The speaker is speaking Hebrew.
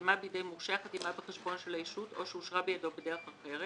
שנחתמה בידי מורשה החתימה בחשבון של הישות או שאושרה בידו בדרך אחרת,